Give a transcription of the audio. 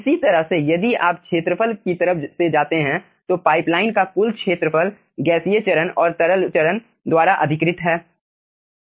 इसी तरह से यदि आप क्षेत्रफल की तरफ से जाते हैं तो पाइपलाइन का कुल क्षेत्रफल गैसीय चरण और तरल चरण द्वारा अधिकृत है